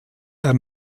der